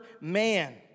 man